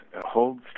holds